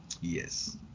Yes